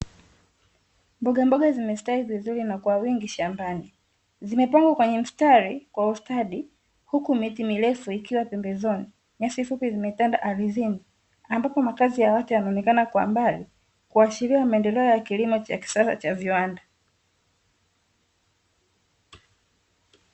Mbogamboga zimestawi vizuri na kwa wingi shambani, zimepangwa kwenye mstari kwa ustadi huku miti mirefu ikiwa pembenzoni, nyasi fupi zimetanda ardhini ambapo makazi ya watu yanaonekana kwa mbali kuashiria maendeleo ya kilimo cha kisasa cha viwanda.